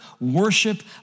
Worship